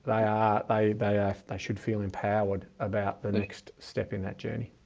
they are, they, they, ah they should feel empowered about the next step in that journey.